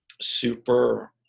super